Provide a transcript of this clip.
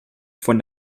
von